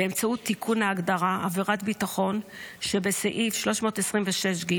באמצעות תיקון ההגדרה "עבירת ביטחון" שבסעיף 326(ג)